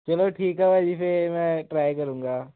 ਚਲੋ ਠੀਕ ਹੈ ਭਾਅ ਜੀ ਫਿਰ ਮੈਂ ਟ੍ਰਾਇ ਕਰੂੰਗਾ